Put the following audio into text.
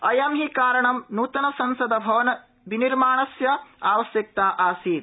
अयं हि कारणं नूतनसंसन्द्रवननिर्माणस्य आवश्यकता आसीत्